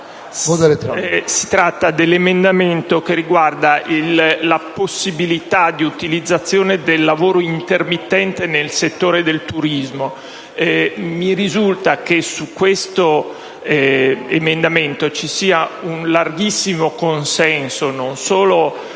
questo emendamento riguarda la possibilità di utilizzare il lavoro intermittente nel settore del turismo. Mi risulta che su questo emendamento ci sia un larghissimo consenso, non solo